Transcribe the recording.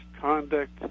conduct